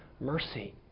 mercy